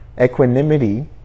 Equanimity